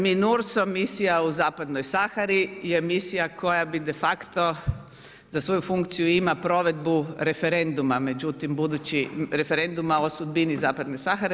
Minurso misija u Zapadnoj Sahari, je misija koja bi de facto, za svoju funkciju ima provedbu referenduma, međutim budući, referenduma o sudbini Zapadne Sahare.